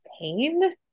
pain